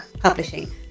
Publishing